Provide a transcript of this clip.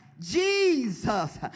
Jesus